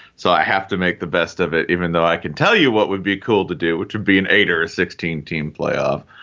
so i have to make the best of it, even though i can tell you what would be cool to do, which would be an eight or a sixteen team playoff.